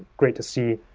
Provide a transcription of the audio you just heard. great to see,